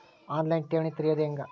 On line ಠೇವಣಿ ತೆರೆಯೋದು ಹೆಂಗ?